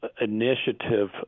Initiative